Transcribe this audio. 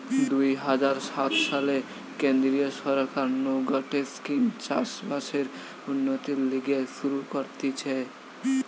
দুই হাজার সাত সালে কেন্দ্রীয় সরকার নু গটে স্কিম চাষ বাসের উন্নতির লিগে শুরু করতিছে